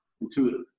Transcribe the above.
intuitive